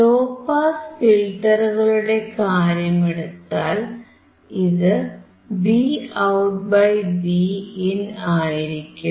law pass ഫിൽറ്ററുകളുടെ കാര്യമെടുത്താൽ ഇത് VoutVin ആയിരിക്കും